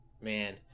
Man